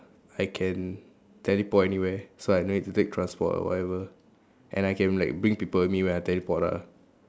I can teleport anywhere so I no need take transport or whatever and I can like bring people with me when I teleport ah